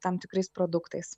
tam tikrais produktais